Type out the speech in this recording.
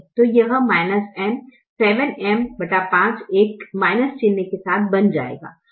तो यह M 7M 5 एक चिन्ह के साथ बन जाएगा